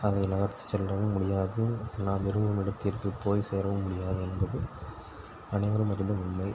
அதை நகர்த்தி செல்லவும் முடியாது நாம் விரும்பும் இடத்திற்கு போய் சேரவும் முடியாது என்பது அனைவரும் அறிந்த உண்மை